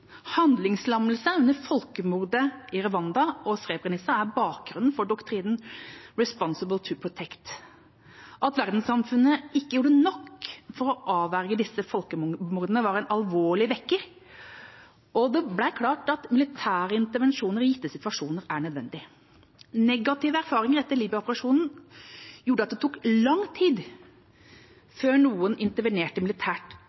Handlingslammelse under folkemordene i Rwanda og Srebrenica er bakgrunnen for doktrinen Responsible to protect. At verdenssamfunnet ikke gjorde nok for å avverge disse folkemordene, var en alvorlig vekker, og det ble klart at militære intervensjoner i gitte situasjoner er nødvendig. Negative erfaringer etter Libya-operasjonen gjorde at det tok lang tid før noen intervenerte militært